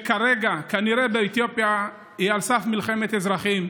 כרגע כנראה אתיופיה על סף מלחמת אזרחים,